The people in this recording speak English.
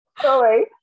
Sorry